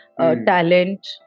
talent